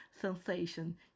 sensation